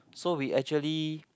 so we actually